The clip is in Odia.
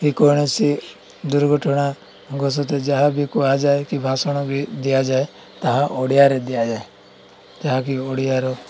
କି କୌଣସି ଦୁର୍ଘଟଣା ଯାହା ବି କୁହାଯାଏ କି ଭାଷଣ ବି ଦିଆଯାଏ ତାହା ଓଡ଼ିଆରେ ଦିଆଯାଏ ଯାହାକି ଓଡ଼ିଆର